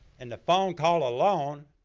and the phone call alone,